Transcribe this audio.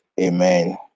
Amen